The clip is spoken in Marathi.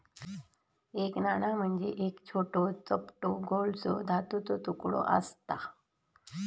एक नाणा म्हणजे एक छोटो, चपटो गोलसो धातूचो तुकडो आसता